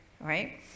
right